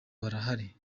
barahari